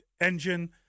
engine